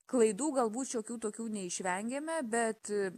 klaidų galbūt šiokių tokių neišvengėme bet